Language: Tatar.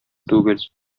түгел